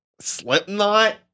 Slipknot